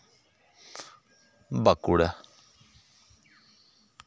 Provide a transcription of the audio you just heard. Bankura